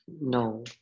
No